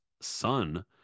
son